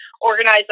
organize